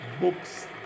books